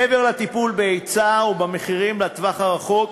מעבר לטיפול בהיצע ובמחירים לטווח הרחוק,